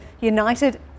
united